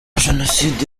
jenoside